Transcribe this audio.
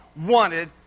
wanted